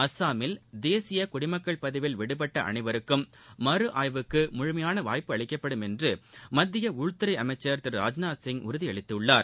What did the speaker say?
அஸ்ஸாமில் தேசிய குடிமக்கள் பதிவில் விடுபட்ட அனைவருக்கும் மறு ஆய்வுக்கு முழுமையாக வாய்ப்பு அளிக்கப்படும் என்று மத்திய உள்துறை அமைச்சர் திரு ராஜ்நாத் சிங் உறுதியளித்துள்ளார்